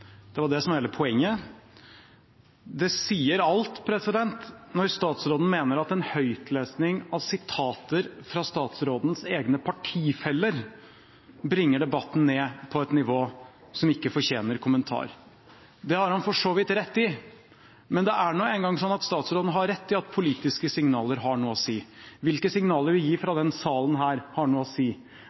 Det var det som var hele poenget. Det sier alt når statsråden mener at en høytlesning av sitater fra statsrådens egne partifeller bringer debatten ned på et nivå som ikke fortjener kommentar. Det har han for så vidt rett i, men det er nå engang sånn at statsråden har rett i at politiske signaler har noe å si, hvilke signaler vi gir fra denne salen, har noe å si,